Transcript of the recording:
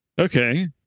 Okay